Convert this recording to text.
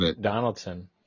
donaldson